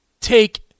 take –